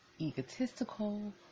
egotistical